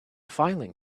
filing